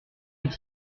est